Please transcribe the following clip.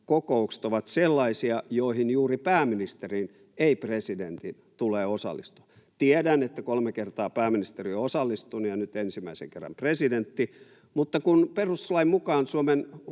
kokoukset ovat sellaisia, joihin juuri pääministerin, ei presidentin, tulee osallistua. Tiedän, että kolme kertaa pääministeri on osallistunut ja nyt ensimmäisen kerran presidentti, mutta kun perustuslain mukaan Suomen